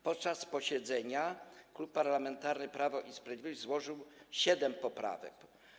Podczas posiedzenia Klub Parlamentarny Prawo i Sprawiedliwość złożył siedem poprawek.